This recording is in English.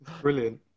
brilliant